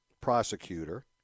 prosecutor